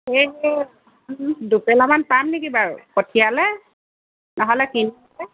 এই দুপেলামান পাম নেকি বাৰু কঠীয়ালে ন'হলে